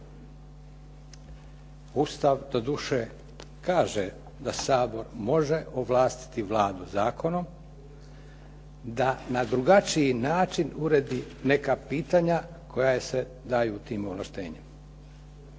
Ustav doduše kaže da Sabor može ovlastiti Vladu zakonom da na drugačiji način uredi neka pitanja koja se daju u tim ovlaštenjima.